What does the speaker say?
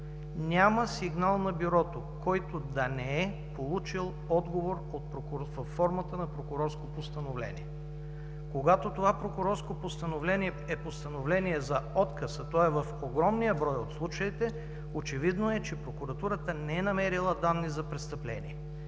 Няма сигнал на Бюрото, който да не е получил отговор от прокурор във формата на прокурорско постановление. Когато това прокурорско постановление е постановление за отказ, а то е в огромния брой от случаите, очевидно е, че прокуратурата не е намерила данни за престъпление.